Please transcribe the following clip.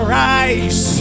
rise